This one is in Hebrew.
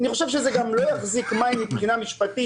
אני חושב שזה גם לא יחזיק מים מבחינה משפטית,